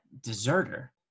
deserter